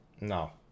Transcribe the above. No